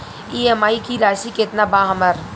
EMI की राशि केतना बा हमर?